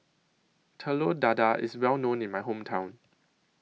Telur Dadah IS Well known in My Hometown